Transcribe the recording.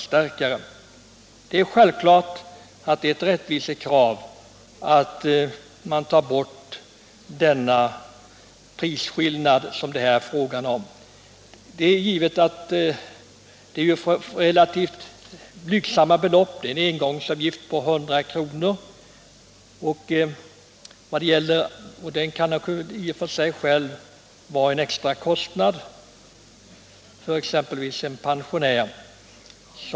Det är ett självklart rättvisekrav att man tar bort den prisskillnad som det här är fråga om. Det gäller relativt blygsamma belopp. En engångsavgift på 100 kr. kan i och för sig vara en betydande extrakostnad för exempelvis en pensionär.